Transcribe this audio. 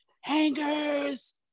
hangers